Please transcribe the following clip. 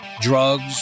drugs